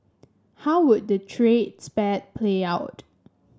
how would the trade spat play out